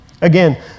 Again